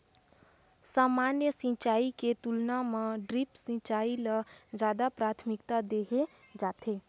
सामान्य सिंचाई के तुलना म ड्रिप सिंचाई ल ज्यादा प्राथमिकता देहे जाथे